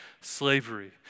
slavery